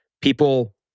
people